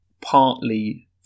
partly